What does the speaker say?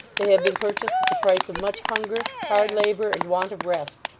they have been purchased at the price of much hunger, hard labour, and want of rest.